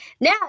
now